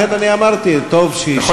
לכן אמרתי: טוב שהשבת.